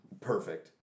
perfect